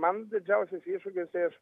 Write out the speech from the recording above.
man didžiausias iššūkis tai aš